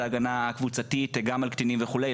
ההגנה הקבוצתית גם על קטינים וכולי,